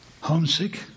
Homesick